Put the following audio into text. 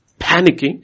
panicking